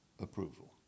approval